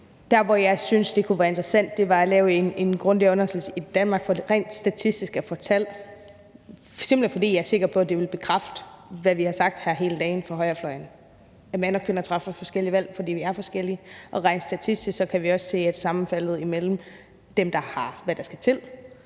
Det, som jeg synes kunne være interessant, er at lave en grundigere undersøgelse i Danmark for rent statistisk at få tal, simpelt hen fordi jeg er sikker på, at det ville bekræfte, hvad vi har sagt hele dagen fra højrefløjen – altså at mænd og kvinder træffer forskellige valg, fordi vi er forskellige. Og rent statistisk kan vi også se, at antallet af dem, der har, hvad der skal til,